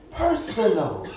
personal